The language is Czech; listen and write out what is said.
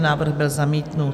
Návrh byl zamítnut.